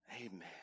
Amen